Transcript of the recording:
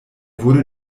wurde